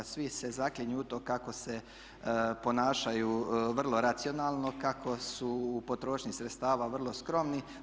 Svi se zaklinju u to kako se ponašaju vrlo racionalno, kako su u potrošnji sredstava vrlo skromni.